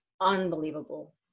unbelievable